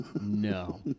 No